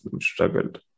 struggled